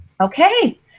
okay